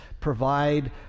provide